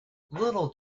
little